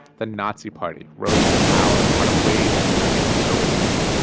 the nazi party rose to power on a wave of german chauvinism.